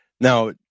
Now